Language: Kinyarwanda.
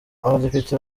abadepite